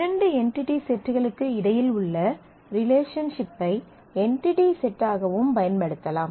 இரண்டு என்டிடி செட்களுக்கு இடையில் உள்ள ரிலேஷன்ஷிப் ஐ என்டிடி செட்டாகவும் பயன்படுத்தலாம்